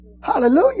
Hallelujah